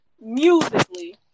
musically